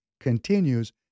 continues